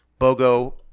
Bogo